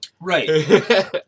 Right